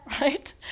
right